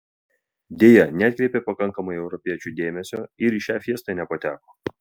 deja neatkreipė pakankamai europiečių dėmesio ir į šią fiestą nepateko